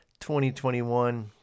2021